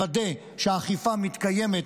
לוודא שהאכיפה מתקיימת